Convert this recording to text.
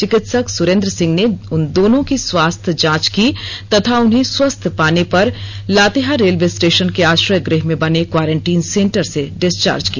चिकित्सक सुरेन्द्र सिंह ने उन दोनों की के स्वास्थ्य जांच की तथा उन्हें स्वस्थ पाने पर लातेहार रेलवे स्टेशन के आश्रय गृह में बने क्वारेंटीन सेंटर से डिस्चार्ज किया